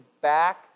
back